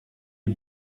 est